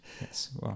Yes